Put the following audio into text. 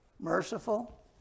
Merciful